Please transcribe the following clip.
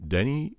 Danny